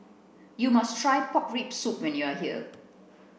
you must try pork rib soup when you are here